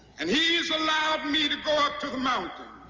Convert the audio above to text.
and he's allowed me to go up to the mountain.